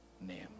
name